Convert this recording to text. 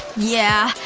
yeah.